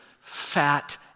fat